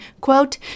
quote